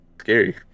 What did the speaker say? Scary